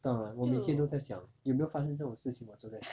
当然我每天都在想有没有发生这种事情我都在